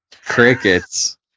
Crickets